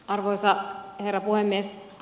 arvoisa herra puhemies